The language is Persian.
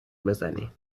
بزنیم